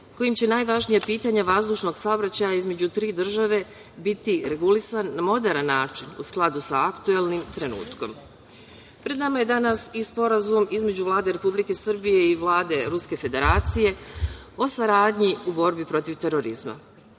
kojim će najvažnija pitanja vazdušnog saobraćaja između tri države biti regulisan na moderan način u skladu sa aktuelnim trenutkom. Pred nama je danas i Sporazum između Vlade Republike Srbije i Vlade Ruske Federacije o saradnji u borbi protiv terorizma.